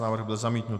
Návrh byl zamítnut.